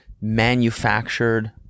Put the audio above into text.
manufactured